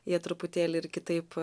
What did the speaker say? jie truputėlį ir kitaip